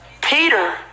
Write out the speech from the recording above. Peter